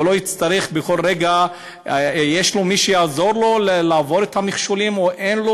ולא יצרך בכל רגע לראות אם יש מי שיעזור לו לעבור את המכשולים או אין.